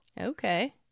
Okay